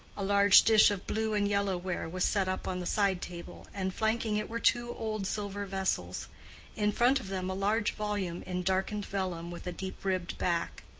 a large dish of blue and yellow ware was set up on the side-table, and flanking it were two old silver vessels in front of them a large volume in darkened vellum with a deep-ribbed back.